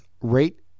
rate